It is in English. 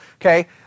okay